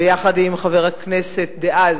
ויחד עם חבר הכנסת דאז,